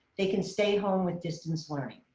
they can stay home with distance learning.